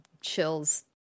chills